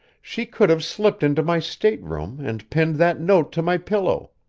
she could have slipped into my stateroom and pinned that note to my pillow,